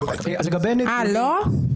תודה, רבותיי.